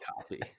copy